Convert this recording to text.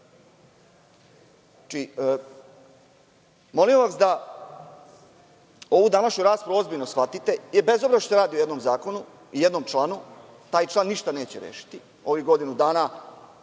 ima? Molim vas da ovu današnju raspravu ozbiljno shvatite, jer bez obzira što se radi o jednom zakonu i jednom članu, taj član ništa neće rešiti ovih godinu dana.